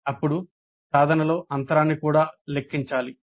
అప్పుడు సాధనలో అంతరాన్ని కూడా లెక్కించాలి